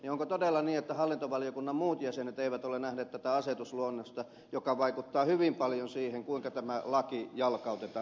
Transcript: onko todella niin että hallintovaliokunnan muut jäsenet eivät ole nähneet tätä asetusluonnosta joka vaikuttaa hyvin paljon siihen kuinka tämä laki jalkautetaan käytäntöön